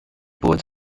poets